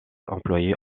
employé